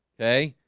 okay,